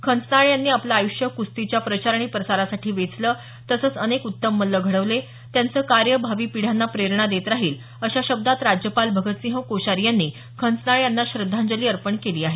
खंचनाळे यांनी आपलं आयुष्य कुस्तीच्या प्रचार आणि प्रसारासाठी वेचलं तसंच अनेक उत्तम मल्ल घडवले त्यांचं कार्य भावी पिढ्यांना प्रेरणा देत राहील अशा शब्दात राज्यपाल भगतसिंह कोश्यारी यांनी खंचनाळे यांना श्रद्धांजली अर्पण केली आहे